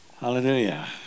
Hallelujah